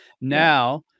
now